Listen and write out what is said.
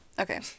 Okay